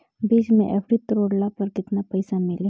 बीच मे एफ.डी तुड़ला पर केतना पईसा मिली?